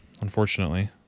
unfortunately